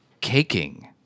caking